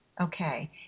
Okay